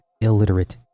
illiterate